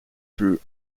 through